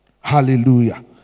Hallelujah